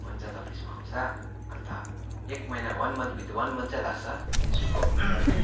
पञ्चायत अफिसमा आउँछ अन्त एक महिना वान मन्थभित्र वान मन्थ चाहिँ लाग्छ यसको